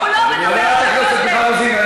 חברת הכנסת רוזין,